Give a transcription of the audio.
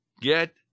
Get